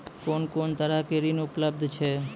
कून कून तरहक ऋण उपलब्ध छै?